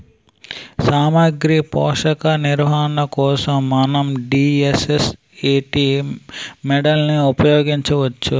సామాగ్రి పోషక నిర్వహణ కోసం మనం డి.ఎస్.ఎస్.ఎ.టీ మోడల్ని ఉపయోగించవచ్చా?